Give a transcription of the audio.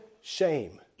shame